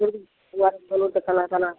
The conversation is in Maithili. हूँ ओएह बोलु तऽ केना केना